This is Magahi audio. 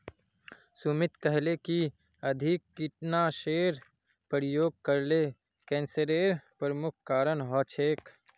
सुमित कहले कि अधिक कीटनाशेर प्रयोग करले कैंसरेर प्रमुख कारण हछेक